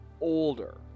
older